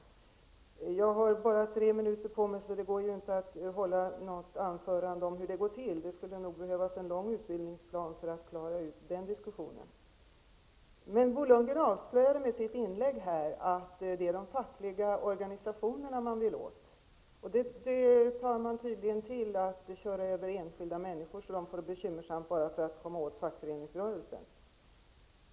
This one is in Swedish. Jag har bara tre minuters taletid. Det går därför inte att hålla ett anförande om hur det går till i det här sammanhanget. Det skulle nog behövas en omfattande utbildningsplan för att klara ut den diskussionen. Genom sitt inlägg här avslöjade Bo Lundgren att det är de fackliga organisationerna som man vill komma åt. Tydligen kan man köra över enskilda människor, som alltså får det bekymmersamt, bara för att kunna komma åt fackföreningsrörelsen.